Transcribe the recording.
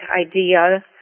idea